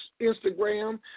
Instagram